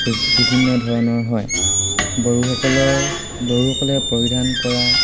B বিভিন্ন ধৰণৰ হয় বড়োসকলৰ বড়োসকলে পৰিধান কৰা